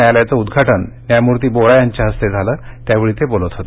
न्यायालयाचं उद्घाटन न्यायमूर्ती बोरा यांच्या हस्ते झालं त्यावेळी ते बोलत होते